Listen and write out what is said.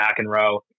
McEnroe